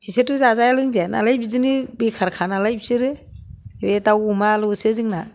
बिसोरथ' जाजाया लोंजाया नालाय बिदिनो बेखारखा नालाय बिसोरो बे दाउ अमाल'सो जोंना